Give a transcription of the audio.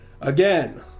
Again